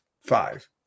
five